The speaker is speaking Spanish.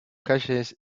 calles